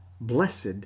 Blessed